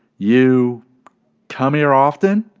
you come here often?